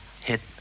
hit